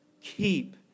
keep